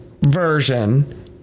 version